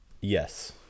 Yes